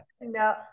no